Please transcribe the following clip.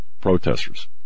protesters